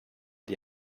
die